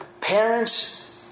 Parents